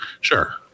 Sure